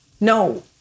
No